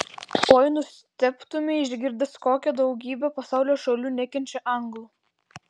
oi nustebtumei išgirdęs kokia daugybė pasaulio šalių nekenčia anglų